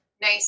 Nice